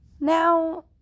Now